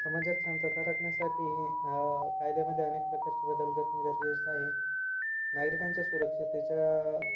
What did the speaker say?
समाजात शांतता राखण्यासाठी कायदेमध्ये अनेक प्रकारचे बदल करणे गरजेचं आहे नागरिकांच्या सुरक्षितेच्या